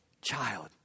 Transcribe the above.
Child